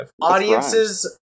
audiences